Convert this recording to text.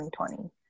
2020